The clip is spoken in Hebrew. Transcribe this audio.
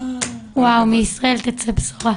מישראל תצא בשורה.